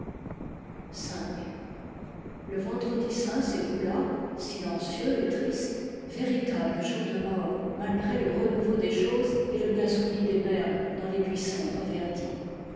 le vendredi saint s'écoula silencieux et triste véritable jour de mort malgré le renouveau des choses et le gazouillis des merles dans les buissons reverdis